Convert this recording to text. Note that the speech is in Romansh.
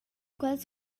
quels